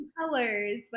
colors